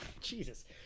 Jesus